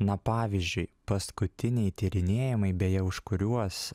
na pavyzdžiui paskutiniai tyrinėjimai beje už kuriuos